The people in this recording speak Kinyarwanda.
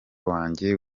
wanjye